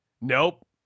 Nope